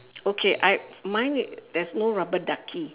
okay I mine there's no rubber ducky